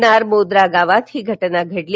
दारमोदरा गावात ही घटना घडली